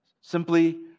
Simply